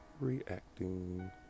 reacting